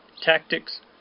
tactics